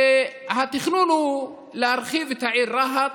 והתכנון הוא להרחיב את העיר רהט.